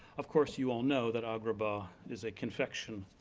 of course you all know that agrabah is a confection